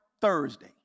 Thursday